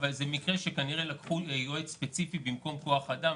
אבל זה מקרה שכנראה לקחו יועץ ספציפי במקום כוח אדם,